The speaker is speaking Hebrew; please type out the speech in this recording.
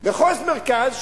מחוז מרכז,